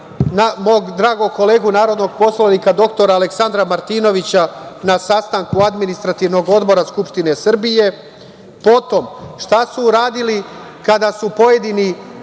mog dragog kolegu narodnog poslanika dr Aleksandra Martinovića, na sastanku Administrativnog odbora Skupštine Srbije. Potom, šta su uradili kada su pojedini